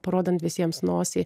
parodant visiems nosį